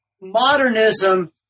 Modernism